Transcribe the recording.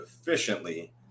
efficiently